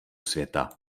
světa